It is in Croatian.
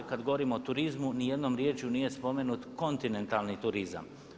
Kad govorimo o turizmu ni jednom riječju nije spomenut kontinentalni turizam.